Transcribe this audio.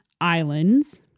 islands